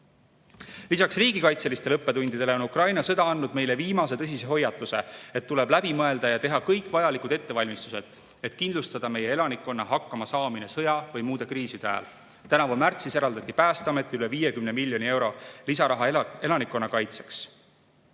Lisaks riigikaitselistele õppetundidele on Ukraina sõda andnud meile viimase tõsise hoiatuse: tuleb läbi mõelda ja teha kõik vajalikud ettevalmistused, et kindlustada meie elanikkonna hakkamasaamine sõja või muude kriiside ajal. Tänavu märtsis eraldati Päästeametile üle 50 miljoni euro lisaraha elanikkonna kaitseks.